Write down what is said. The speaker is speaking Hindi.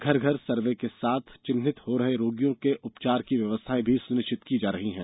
घर घर सर्वे के साथ चिन्हित हो रहे रोगियों के उपचार की व्यवस्थायें भी सुनिश्चित की जा रही हैं